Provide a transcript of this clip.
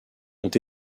ont